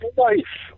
life